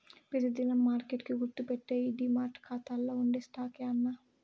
పెతి దినం మార్కెట్ కి గుర్తుపెట్టేయ్యి డీమార్ట్ కాతాల్ల ఉండే స్టాక్సే యాన్నా